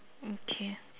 okay